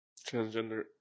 Transgender